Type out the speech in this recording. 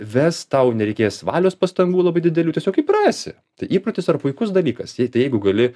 ves tau nereikės valios pastangų labai didelių tiesiog įprasi tai įprotis yra puikus dalykas jei tai jeigu gali